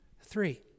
Three